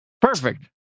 Perfect